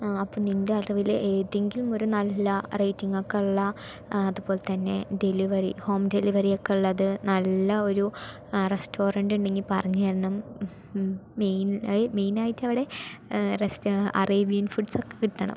ആ അപ്പൊ നിൻ്റെ അറിവില് ഏതെങ്കിലും ഒരു നല്ല റേയ്റ്റിങ്ങൊക്കെ ഉള്ള അതുപോലെ തന്നെ ഡെലിവറി ഹോം ഡെലിവറി ഒക്കെ ഉള്ളത് നല്ല ഒരു റസ്റ്റോറൻറ് ഉണ്ടെങ്കി പറഞ്ഞു തരണം എഹം മെയി അത് മെയിനായിട്ട് അവിടെ റസ്റ്റ് അറേബ്യൻ ഫുഡ്സൊക്കെ കിട്ടണം